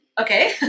Okay